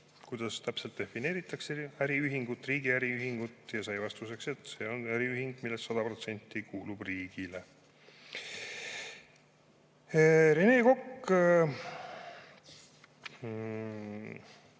kuidas täpselt defineeritakse riigi äriühingut. Ta sai vastuseks, et see on äriühing, millest 100% kuulub riigile. Rene Kokk